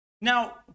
Now